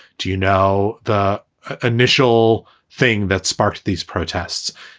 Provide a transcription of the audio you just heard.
do you know the initial thing that sparked these protests?